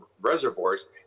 reservoirs